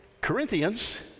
Corinthians